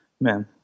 Man